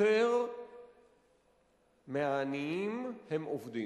יותר מהעניים הם עובדים,